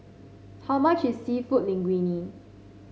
how much is seafood Linguine